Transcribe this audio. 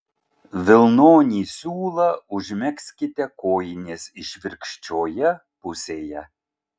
vilnonį siūlą užmegzkite kojinės išvirkščioje pusėje